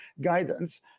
guidance